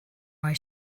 why